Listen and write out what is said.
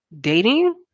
dating